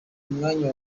mwanya